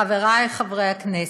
חברי חברי הכנסת,